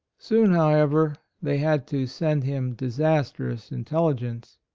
soon, however, they had to send him disastrous intelli gence.